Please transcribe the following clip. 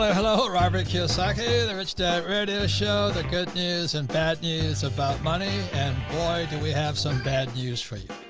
ah hello. hello. robert kiyosaki, the rich dad radio show, the good news and bad news about money. and boy, do we have some bad news for you?